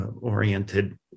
oriented